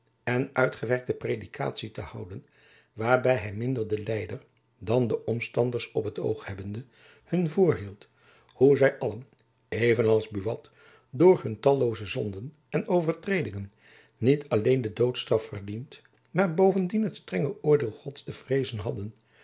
en uitgewerkte predikatie te houden waarby hy minder den lijder dan de omstanders op t oog hebbende hun voorhield hoe zy allen even als buat door hun tallooze zonden en overtredingen niet alleen de doodstraf verdiend maar bovendien het strenge oordeel gods te vreezen hadden